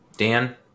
Dan